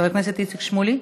חבר הכנסת איציק שמולי,